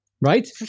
right